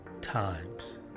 times